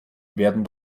werden